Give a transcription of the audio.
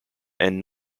and